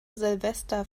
silvester